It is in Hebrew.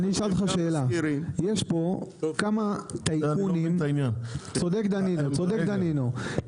צודק חבר הכנסת דנינו,